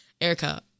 Erica